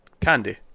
candy